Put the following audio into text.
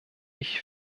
ich